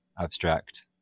abstract